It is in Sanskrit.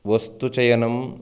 वस्तुचयनम्